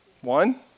One